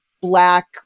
black